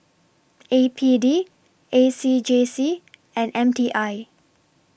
A P D A C J C and M T I